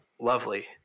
lovely